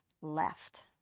left